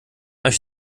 euch